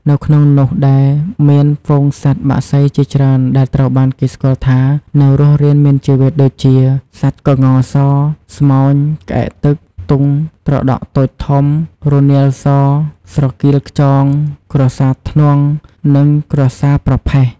នៅក្នុងនោះដែលមានហ្វូងសត្វបក្សីជាច្រើនដែលត្រូវបានគេស្គាល់ថានៅរស់រានមានជីវិតដូចជា សត្វក្ងស ស្មោញ ក្អែកទឹក ទុង ត្រដក់តូចធំ រនាលស ស្រគៀលខ្យង ក្រសារធ្នង់ និងក្រសារប្រផេះ។